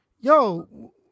yo